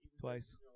twice